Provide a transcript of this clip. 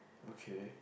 okay